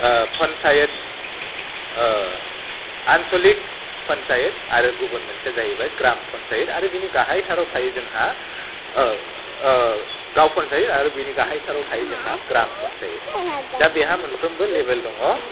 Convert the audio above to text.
पन्सायत आन्स'लिक पन्सायत आरो गुबुन मोनसेया जाहैबाय ग्राम पन्सायत आरो बेनि गाहाय थाराव थायो जोंहा गाव पन्सायत आरो बेनि गाहाय थाराव थायो जोंहा ग्राम पन्सायत दा बेहा मोनफ्रोमबो लेभेल दङ